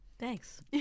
Thanks